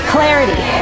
Clarity